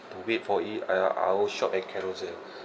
to wait for it I'll I'll shop at carousell